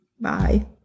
Bye